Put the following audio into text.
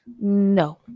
No